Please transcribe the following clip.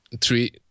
three